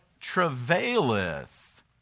travaileth